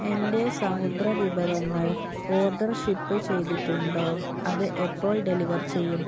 എന്റെ സമുദ്ര വിഭവങ്ങൾ ഓർഡർ ഷിപ്പ് ചെയ്തിട്ടുണ്ടോ അത് എപ്പോൾ ഡെലിവർ ചെയ്യും